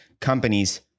companies